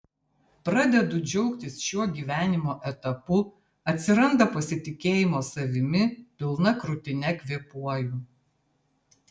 pradedu džiaugtis šiuo gyvenimo etapu atsiranda pasitikėjimo savimi pilna krūtine kvėpuoju